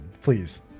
please